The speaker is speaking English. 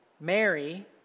Mary